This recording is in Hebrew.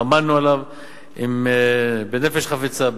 עמלנו עליו בנפש חפצה,